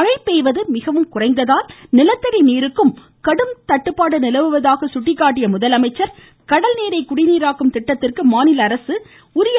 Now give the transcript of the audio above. மழை பெய்வது மிகவும் குறைந்ததால் நிலத்தடி நீருக்கும் கடும் கடுப்பாடு நிலவுவதாக சுட்டிக்காட்டிய முதலமைச்சர் கடல் நீரை குடிநீராக்கும் திட்டத்திற்கும் மாநில அரசு